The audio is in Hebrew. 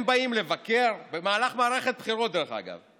הם באים לבקר במהלך מערכת בחירות, דרך אגב,